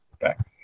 back